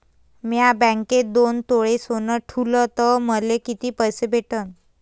म्या बँकेत दोन तोळे सोनं ठुलं तर मले किती पैसे भेटन